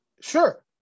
sure